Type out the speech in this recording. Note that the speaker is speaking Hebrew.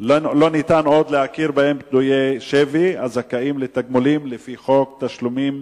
לא ניתן עוד להכיר בהם כפדויי שבי הזכאים לתגמולים לפי חוק תשלומים